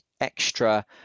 extra